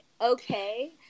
okay